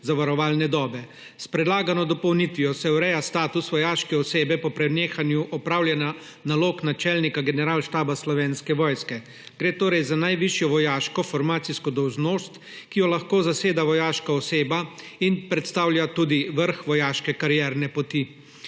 zavarovalne dobe. S predlagano dopolnitvijo se ureja status vojaške osebe po prenehanju opravljanja nalog načelnika Generalštaba Slovenske vojske. Gre torej za najvišjo vojaško formacijsko dolžnost, ki jo lahko zaseda vojaška oseba, in predstavlja tudi vrh vojaške karierne poti.